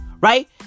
Right